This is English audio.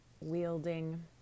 Wielding